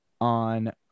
on